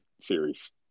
series